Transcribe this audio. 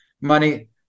money